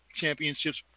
championships